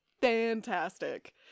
fantastic